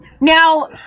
Now